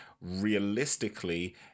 realistically